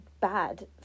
bad